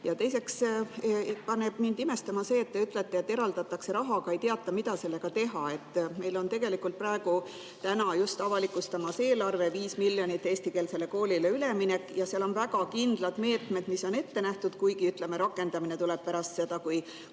Ja teiseks paneb mind imestama see, et te ütlete, et eraldatakse raha, aga ei teata, mida sellega teha. Meil avalikustatakse tegelikult just täna eelarve, 5 miljonit eestikeelsele koolile üleminekuks, ja seal on väga kindlad meetmed, mis on ette nähtud, kuigi, ütleme, rakendamine tuleb pärast seda, kui